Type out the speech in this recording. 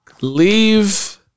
leave